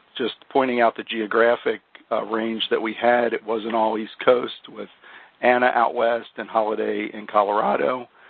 just pointing out the geographic range that we had. it wasn't all east coast with anna out west and holiday in colorado.